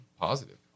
positive